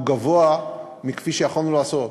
הוא גבוה מכפי שיכולנו לעשות.